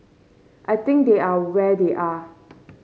I think they are where they are